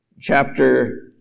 chapter